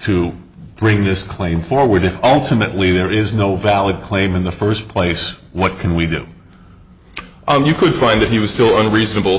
to bring this claim for we did ultimately there is no valid claim in the first place what can we do you could find that he was still on reasonable